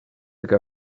ago